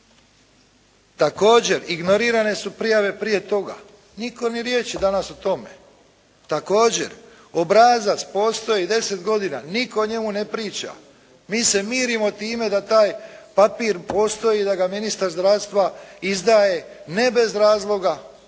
Također ignorirane su prijave prije toga. Nitko ni riječi danas o tome. Također obrazac postoji deset godina. Nitko o njemu ne priča. Mi se mirimo time da taj papir postoji, da ga ministar zdravstva izdaje ne bez razloga